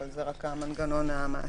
אבל זה רק המנגנון המעשי.